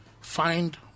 find